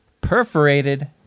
perforated